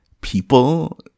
people